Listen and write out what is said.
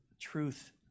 truth